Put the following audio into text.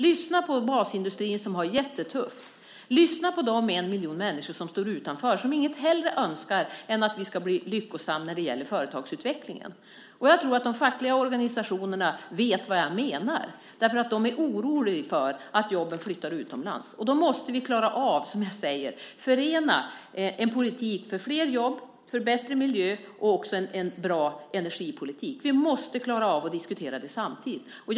Lyssna på basindustrin som har det jättetufft. Lyssna på den miljon människor som står utanför och inget hellre önskar än att vi ska bli lyckosamma när det gäller företagsutvecklingen. Jag tror att de fackliga organisationerna vet vad jag menar. De är oroliga för att jobben flyttar utomlands. Vi måste klara av att förena en politik för flera jobb och bättre miljö med en bra energipolitik. Vi måste klara av att diskutera det samtidigt.